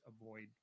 avoid